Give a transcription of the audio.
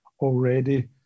already